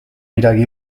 midagi